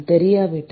தெரியாவிட்டால்